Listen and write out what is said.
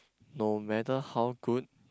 no matter how good